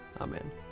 Amen